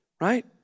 right